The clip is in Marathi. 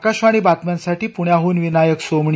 आकाशवाणी बातम्यांसाठी पुण्याहन विनायक सोमणी